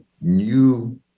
new